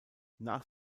nach